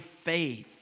faith